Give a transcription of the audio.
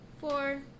Four